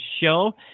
show